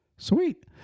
Sweet